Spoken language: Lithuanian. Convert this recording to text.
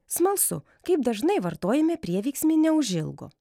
smalsu kaip dažnai vartojame prieveiksmį neužilgo